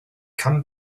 come